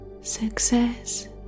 Success